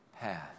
path